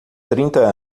trinta